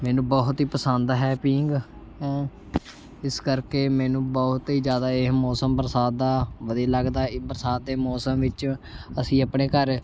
ਮੈਨੂੰ ਬਹੁਤ ਹੀ ਪਸੰਦ ਹੈ ਪੀਂਘ ਇਸ ਕਰਕੇ ਮੈਨੂੰ ਬਹੁਤ ਹੀ ਜ਼ਿਆਦਾ ਇਹ ਮੌਸਮ ਬਰਸਾਤ ਦਾ ਵਧੀਆ ਲੱਗਦਾ ਹੈ ਇਹ ਬਰਸਾਤ ਦੇ ਮੌਸਮ ਵਿੱਚ ਅਸੀਂ ਆਪਣੇ ਘਰ